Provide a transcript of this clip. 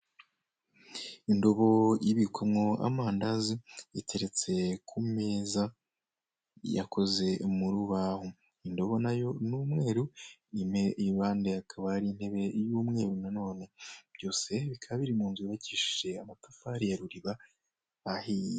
Indobo ibikwamo amandazi iteretse ku meza, yakoze mu rubaho. Indobo nayo ni umweru impande hakaba hari intebe y'umweru nanone, byose bikaba biri mu nzu yubakishije amatafari ya ruriba, ahiye.